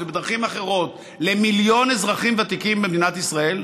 ובדרכים אחרות למיליון אזרחים ותיקים במדינת ישראל,